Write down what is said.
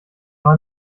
war